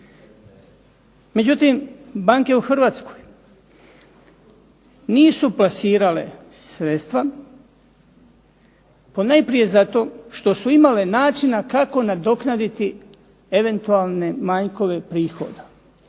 Međutim, banke u Hrvatskoj nisu plasirale sredstva ponajprije zato što su imale načina kako nadoknaditi eventualne manjkove prihoda